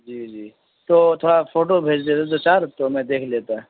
جی جی تو تھوڑا فوٹو بھیج دیتے دو چار تو میں دیکھ لیتا